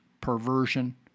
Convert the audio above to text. perversion